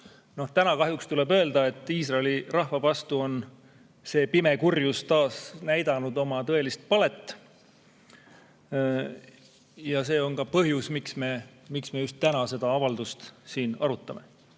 tuleb kahjuks öelda, et Iisraeli rahvale on see pime kurjus taas näidanud oma tõelist palet. See on ka põhjus, miks me just täna seda avaldust siin arutame.